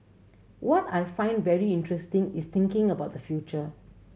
what I find very interesting is thinking about the future